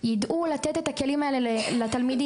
שיידעו לתת את הכלים האלה לתלמידים.